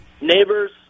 Neighbors